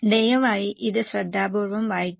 ദയവായി ഇത് ശ്രദ്ധാപൂർവ്വം വായിക്കുക